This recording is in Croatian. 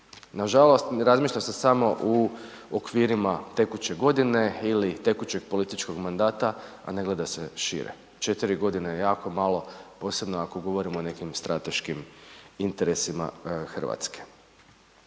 Nažalost razmišlja se samo u okvirima tekuće godine ili tekućeg političkog mandata a ne gleda se šire. 4 g. je jako malo osobno ako govorimo o nekim strateškim interesima Hrvatske.